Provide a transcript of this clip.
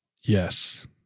Yes